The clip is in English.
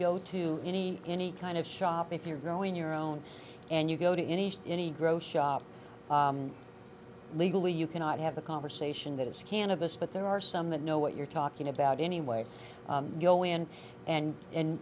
go to any any kind of shop if you're growing your own and you go to any any grow shop legally you cannot have a conversation that is cannabis but there are some that know what you're talking about anyway go in and and